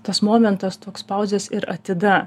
tas momentas toks pauzės ir atida